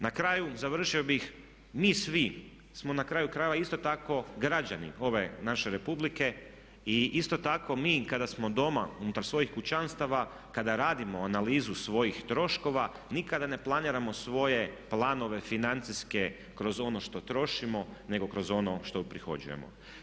Na kraju završio bih mi svi smo na kraju krajeva isto tako građani ove naše Republike i isto tako mi kada smo doma unutar svojih kućanstava, kada radimo analizu svojih troškova nikada ne planiramo svoje planove financijske kroz ono što trošimo nego kroz ono što uprihođujemo.